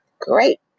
great